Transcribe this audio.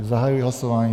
Zahajuji hlasování.